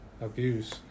abuse